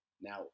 Now